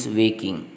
waking